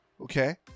okay